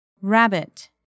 rabbit